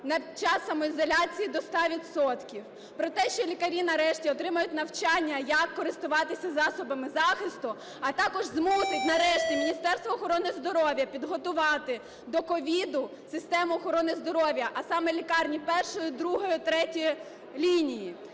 на час самоізоляції до 100 відсотків; про те, що лікарі нарешті отримають навчання, як користуватися засобами захисту; а також змусить нарешті Міністерство охорони здоров'я підготувати до COVID систему охорони здоров'я, а саме лікарні першої, другої, третьої лінії.